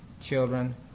children